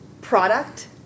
product